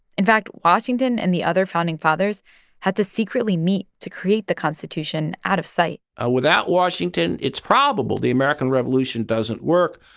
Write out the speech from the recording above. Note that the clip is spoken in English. in fact, washington and the other founding fathers had to secretly meet to create the constitution out of sight ah without washington, it's probable the american revolution doesn't work,